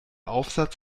aufsatz